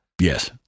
Yes